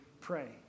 pray